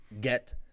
get